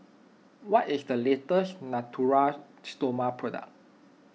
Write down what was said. what is the latest Natura Stoma product